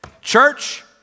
Church